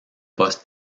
postes